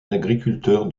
agriculteur